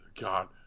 God